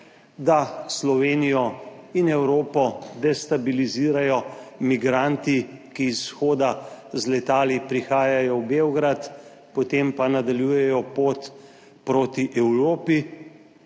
da Slovenijo in Evropo destabilizirajo migranti, ki z Vzhoda z letali prihajajo v Beograd, potem pa nadaljujejo pot proti Evropi.